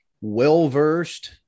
well-versed